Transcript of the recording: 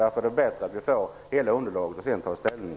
Därför är det bättre att vi får hela underlaget innan vi tar ställning.